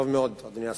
טוב מאוד, אדוני השר.